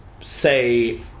say